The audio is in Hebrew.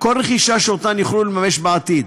כל רכישה, שאותן יוכלו לממש בעתיד.